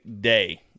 day